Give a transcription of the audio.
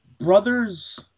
brother's